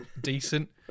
decent